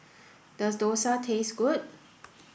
does Dosa taste good